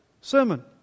sermon